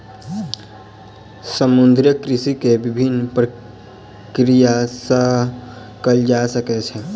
समुद्रीय कृषि के विभिन्न प्रक्रिया सॅ कयल जा सकैत छै